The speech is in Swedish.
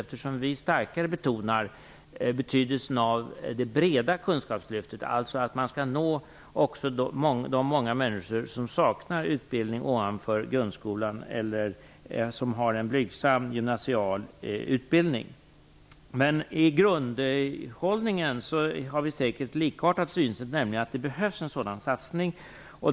Vi betonar starkare betydelsen av det breda kunskapslyftet, alltså av att man skall nå också de många människor som saknar utbildning ovanför grundskolenivå eller som har en blygsam gymnasial utbildning. Men i grunden har vi säkert ett likartat synsätt, nämligen att det behövs en sådan satsning.